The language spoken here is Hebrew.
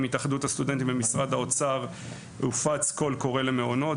התאחדות הסטודנטים ומשרד האוצר הופץ קול קורא למעונות.